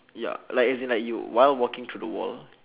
ya like as in like you while walking through the wall